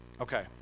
Okay